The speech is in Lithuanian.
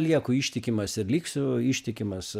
lieku ištikimas ir liksiu ištikimas